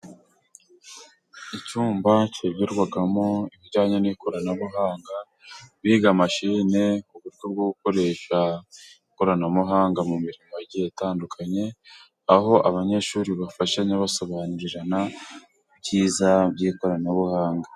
Icyumba kigirwamo ibijyanye n'ikoranabuhanga biga mashine ku buryo bwo gukoresha ikoranabuhanga mu mirimo igiye itandukanye aho abanyeshuri bafashanya basobanurirana ibyiza by'ikoranabuhanga